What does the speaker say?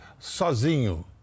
Sozinho